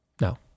No